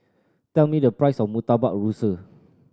tell me the price of Murtabak Rusa